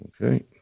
Okay